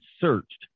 searched